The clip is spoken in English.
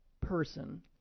person